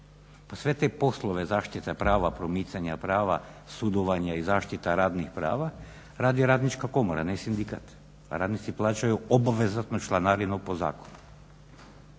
Pa sve te poslove zaštite prava, promicanja prava, sudovanja i zaštita radnih prava radi Radnička komora, a ne sindikat, a radnici plaćaju obvezatnu članarinu po zakonu.